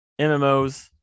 MMOs